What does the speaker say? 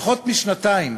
פחות משנתיים